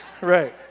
right